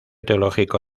teológico